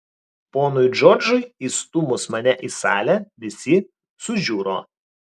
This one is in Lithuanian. ponui džordžui įstūmus mane į salę visi sužiuro